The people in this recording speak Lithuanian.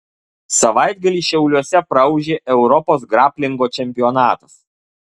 savaitgalį šiauliuose praūžė europos graplingo čempionatas